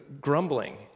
Grumbling